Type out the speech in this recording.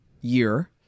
year